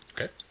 Okay